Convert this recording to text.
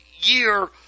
year